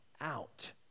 out